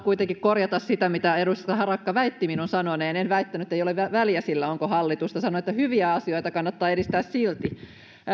kuitenkin korjata sitä mitä edustaja harakka väitti minun sanoneen en väittänyt että ei ole väliä sillä onko hallitusta sanoin että hyviä asioita kannattaa edistää silti